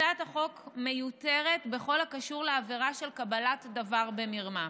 הצעת החוק מיותרת בכל הקשור לעבירה של קבלת דבר במרמה.